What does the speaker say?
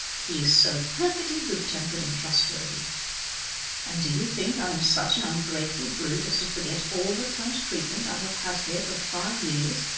he is so perfectly good-tempered and trustworthy and do you think i am such an ungrateful brute as to forget all the kind treatment i have had here for five years,